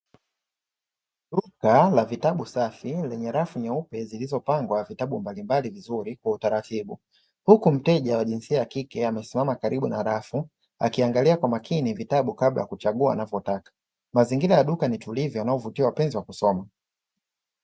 Duka la vitabu safi, lenye rafu nyeupe zilizopangwa vitabu mbalimbali vizuri kwa utaratibu, huku mteja wa jinsia ya kike amesimama karibu na rafu, akiangalia kwa makini vitabu kabla ya kuchagua anavyotaka. Mazingira ya duka ni tulivu, yanayowavutia wapenzi wa kusoma.